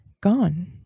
gone